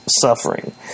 suffering